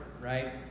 right